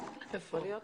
לאילת,